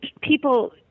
people